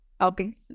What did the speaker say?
Okay